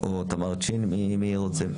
או תמר צ'ין, מי רוצה?